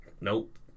nope